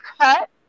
cut